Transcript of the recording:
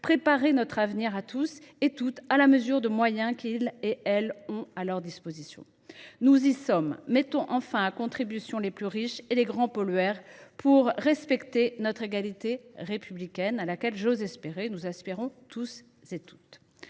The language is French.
préparer notre avenir à tous et toutes à la mesure des moyens qu’ils et elles ont à leur disposition. Nous y sommes : mettons enfin à contribution les plus riches et les grands pollueurs, au nom d’une égalité républicaine à laquelle – j’ose l’espérer – nous aspirons tous et toutes.